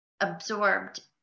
absorbed